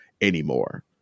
anymore